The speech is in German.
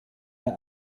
der